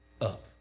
up